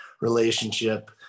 relationship